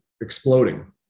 exploding